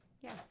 Yes